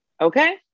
okay